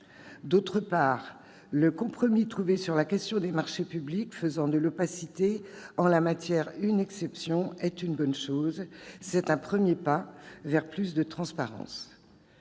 ailleurs, le compromis trouvé sur la question des marchés publics faisant de l'opacité en la matière une exception est une bonne chose. C'est un premier pas vers plus de transparence.